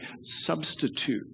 substitute